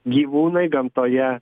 gyvūnai gamtoje